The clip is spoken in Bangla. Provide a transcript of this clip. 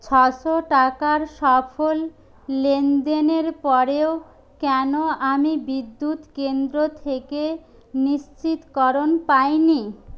ছয়শো টাকার সফল লেনদেনের পরেও কেন আমি বিদ্যুৎকেন্দ্র থেকে নিশ্চিতকরণ পাইনি